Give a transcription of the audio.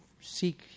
seek